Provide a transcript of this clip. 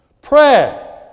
Pray